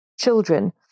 children